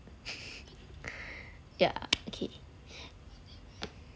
yeah okay